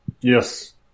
Yes